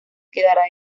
quedará